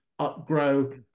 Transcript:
upgrow